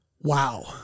Wow